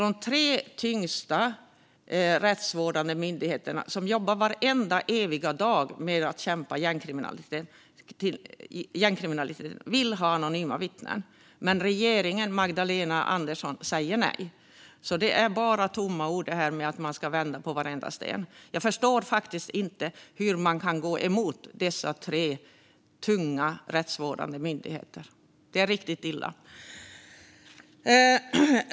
De tre tyngsta rättsvårdande myndigheterna, som jobbar vareviga dag med att bekämpa gängkriminaliteten, vill ha anonyma vittnen. Men regeringen och Magdalena Andersson säger nej. Det här med att man ska vända på varenda sten är alltså bara tomma ord. Jag förstår faktiskt inte hur man kan gå emot dessa tre tunga rättsvårdande myndigheter. Det är riktigt illa.